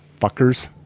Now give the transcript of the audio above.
fuckers